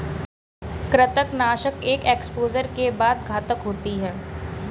कृंतकनाशक एक एक्सपोजर के बाद घातक होते हैं